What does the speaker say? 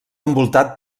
envoltat